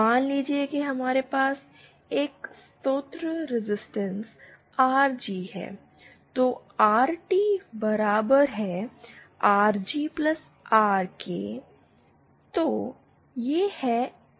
मान लीजिए कि हमारे पास एक स्रोत रेजिस्टेंस आर जी है तो आर टी बराबर है आर जी आर RGR के